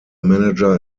manager